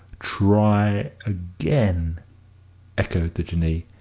try again echoed the jinnee,